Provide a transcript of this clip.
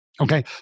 Okay